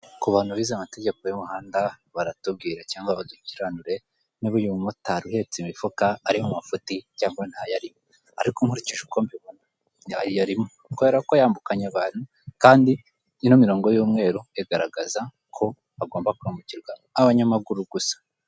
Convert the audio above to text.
Ku bantu bize amategeko y'umuhanda baratubwira cyangwa badukiranure niba uyu mumotari uhetse imifuka, ari mu mafuti cyangwa ntayo arimo ariko nkurikije uko mbibona ayarimo kubera ko yambukanye abantu kandi ino mirongo y'umweru igaragaza ko hagomba kwambukirwa abanyamaguru gusa.